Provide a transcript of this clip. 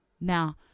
Now